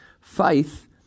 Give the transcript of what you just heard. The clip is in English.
Faith